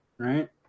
Right